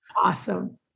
Awesome